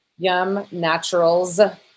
Yumnaturals